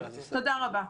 תודה רבה.